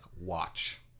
watch